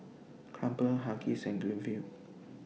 Crumpler Huggies and Greenfields